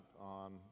on